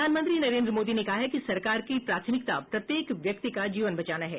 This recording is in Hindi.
प्रधानमंत्री नरेन्द्र मोदी ने कहा है कि सरकार की प्राथमिकता प्रत्येक व्यक्ति का जीवन बचाना है